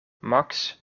max